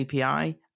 api